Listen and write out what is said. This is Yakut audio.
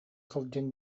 сылдьан